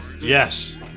Yes